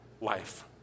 life